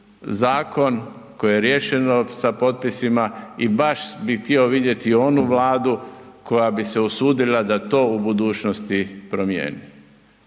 zakon koji je riješeno sa potpisima i baš bi htio vidjeti onu Vladu koja bi se usudila da to u budućnosti promijeni.